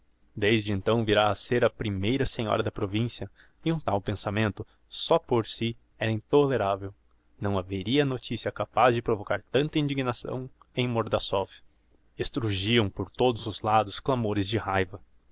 desde então virá a ser a primeira senhora da provincia e um tal pensamento só por si era intoleravel nem haveria noticia capaz de provocar tanta indignação em mordassov estrugiam por todos os lados clamores de raiva